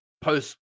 post